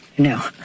No